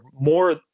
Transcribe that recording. more